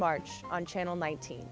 march on channel nineteen